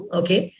okay